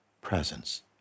presence